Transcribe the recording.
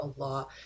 Allah